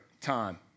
time